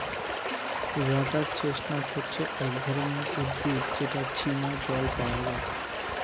water chestnut হচ্ছে এক ধরনের উদ্ভিদ যেটা চীনা জল পাওয়া যায়